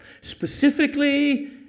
specifically